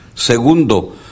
Segundo